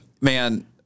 man